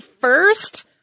first